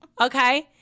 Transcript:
Okay